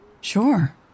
Sure